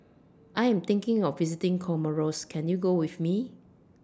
I Am thinking of visiting Comoros Can YOU Go with Me